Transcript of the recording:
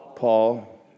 Paul